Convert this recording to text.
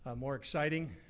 ah more exciting.